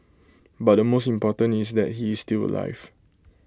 but the most important is that he is still alive